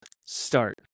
start